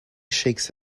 shakes